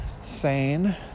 sane